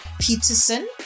Peterson